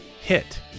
hit